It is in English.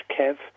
Kev